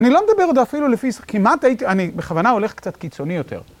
אני לא מדבר עוד אפילו לפי, כמעט הייתי, אני בכוונה הולך קצת קיצוני יותר.